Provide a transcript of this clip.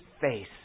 face